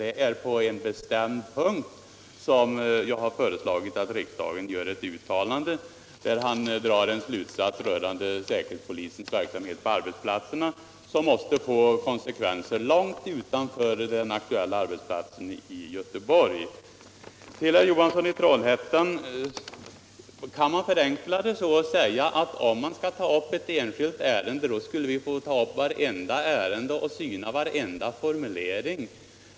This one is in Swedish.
Det är på en bestämd punkt jag har föreslagit att riksdagen skall göra ett uttalande, nämligen på den punkt där justitieombudsmannen drar en slutsats rörande säkerhetspolisens verksamhet på arbetsplatserna, en slutsats som måste få konsekvenser långt utanför den aktuella arbetsplatsen i Göteborg. Herr Johansson i Trollhättan förenklar när han säger: Om vi skulle ta upp ett enskilt ärende, då skulle vi få ta upp vartenda ärende och syna varenda formulering.